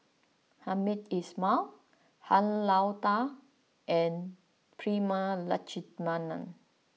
Hamed Ismail Han Lao Da and Prema Letchumanan